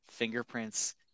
Fingerprints